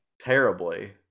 terribly